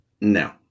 no